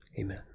amen